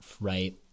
right